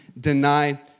deny